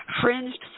Fringed